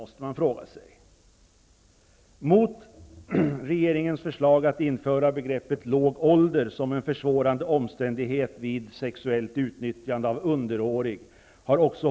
Också Hovrätten över Skåne och Blekinge har uttalat sig emot att man skall införa begreppet låg ålder som en försvårande omständighet vid sexuellt utnyttjande av underårig.